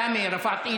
סמי, (אומר בערבית: